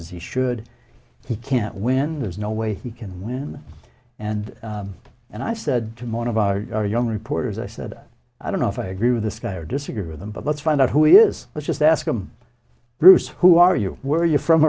as he should he can't win there's no way he can win and and i said to more of our young reporters i said i don't know if i agree with this guy or disagree with him but let's find out who he is let's just ask him bruce who are you where you from